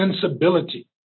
sensibility